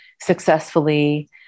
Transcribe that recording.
successfully